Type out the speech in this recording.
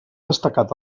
destacat